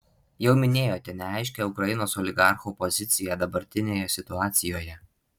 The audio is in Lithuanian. jau minėjote neaiškią ukrainos oligarchų poziciją dabartinėje situacijoje